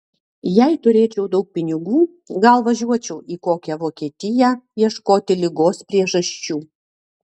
jei turėčiau daug pinigų gal važiuočiau į kokią vokietiją ieškoti ligos priežasčių